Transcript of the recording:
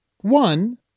One